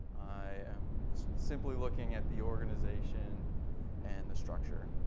i'm simply looking at the organization and the structure.